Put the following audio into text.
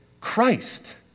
Christ